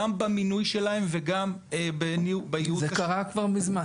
גם המינוי שלהם וגם בייעוץ שוטף.